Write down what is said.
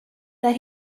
that